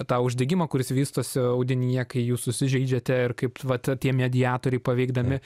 tą uždegimą kuris vystosi audinyje kai jūs susižeidžiate ir kaip vat tie mediatoriai paveikdami